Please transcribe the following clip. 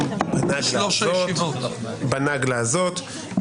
בסיבוב הזה בנושא: